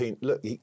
Look